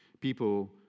People